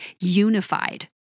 unified